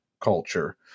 culture